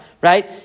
right